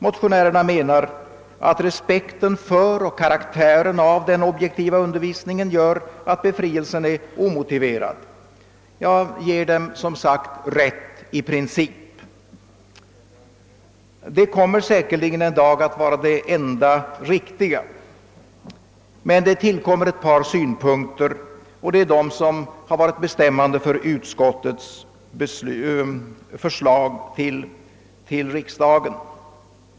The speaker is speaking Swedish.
Motionärerna menar att respekten för och karaktären av den objektiva undervisningen gör att befrielse är omotiverad. Jag ger den som sagt rätt, i princip. Det kommer säkerligen en dag att vara det enda riktiga, men det tillkommer ett par synpunkter vilka har varit bestämmande för utskottets förslag till riksdagen.